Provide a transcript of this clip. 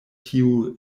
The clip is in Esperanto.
tiu